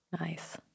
Nice